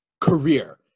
career